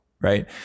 right